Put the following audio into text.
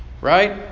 right